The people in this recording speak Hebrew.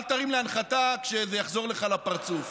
אל תרים להנחתה כשזה יחזור לך לפרצוף.